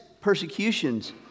persecutions